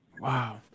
Wow